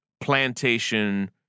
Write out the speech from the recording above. plantation